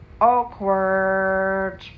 Awkward